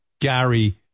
Gary